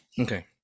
Okay